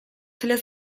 tyle